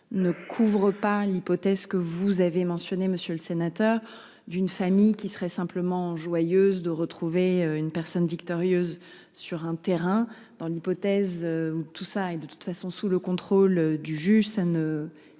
ne couvre pas l'hypothèse que vous avez mentionné monsieur le sénateur d'une famille qui serait simplement joyeuses de retrouver une personne victorieuse sur un terrain dans l'hypothèse où tout ça et de toute façon sous le contrôle du juge. Ça ne